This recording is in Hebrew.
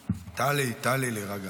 טלי, טלי, להירגע.